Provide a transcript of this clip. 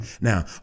Now